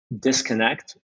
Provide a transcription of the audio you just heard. disconnect